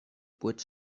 bridge